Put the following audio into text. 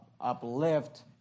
uplift